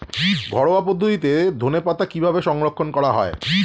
ঘরোয়া পদ্ধতিতে ধনেপাতা কিভাবে সংরক্ষণ করা হয়?